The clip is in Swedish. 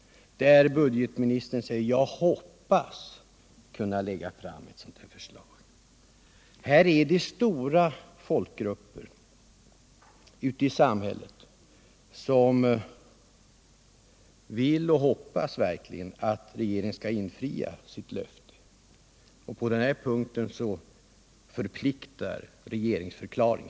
Budgetministern säger sig hoppas kunna lägga fram ett sådant här förslag till riksdagen. Det är stora folkgrupper ute i samhället som verkligen vill och hoppas att regeringen skall infria sitt löfte. På den punkten förpliktar regeringens förklaring.